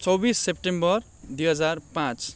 चौबिस सेप्टेम्बर दुई हजार पाँच